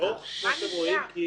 מה נסגר?